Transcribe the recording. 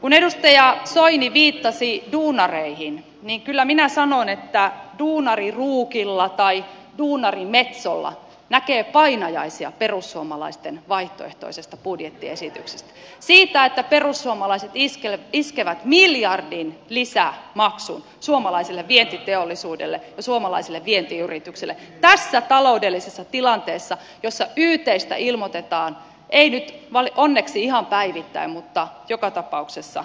kun edustaja soini viittasi duunareihin niin kyllä minä sanon että duunari ruukilla tai duunari metsolla näkee painajaisia perussuomalaisten vaihtoehtoisesta budjettiesityksestä siitä että perussuomalaiset iskevät miljardin lisämaksun suomalaiselle vientiteollisuudelle ja suomalaisille vientiyrityksille tässä taloudellisessa tilanteessa jossa ytistä ilmoitetaan ei nyt onneksi ihan päivittäin mutta joka tapauksessa viikoittain